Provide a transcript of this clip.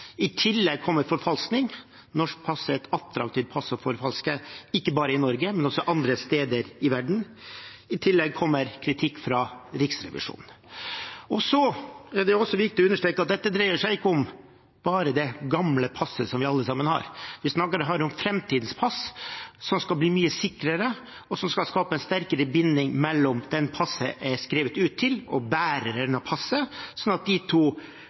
I tillegg kommer forfalskning. Et norsk pass er et attraktivt pass å forfalske, ikke bare i Norge, men også andre steder i verden. I tillegg kommer kritikk fra Riksrevisjonen. Det er også viktig å understreke at dette ikke bare dreier seg om det gamle passet som vi alle sammen har. Vi snakker her om framtidens pass, som skal bli mye sikrere, og som skal skape en sterkere binding mellom den passet er skrevet ut til, og bæreren av passet, slik at